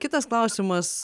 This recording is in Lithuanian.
kitas klausimas